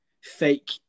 fake